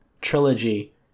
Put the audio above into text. Trilogy